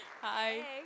Hi